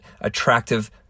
attractive